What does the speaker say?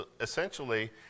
essentially